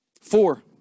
Four